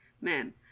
men